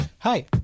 Hi